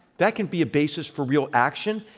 that can be a basis for real action.